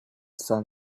sun